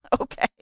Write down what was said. Okay